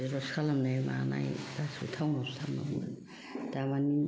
xerox खालामनाय मानाय गासिबो टाउन आवसो थांनांगौमोन